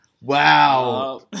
Wow